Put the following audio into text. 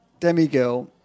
demigirl